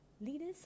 Leaders